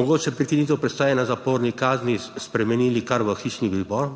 mogoče prekinitev prestajanja zaporne kazni spremenili kar v hišni pripor?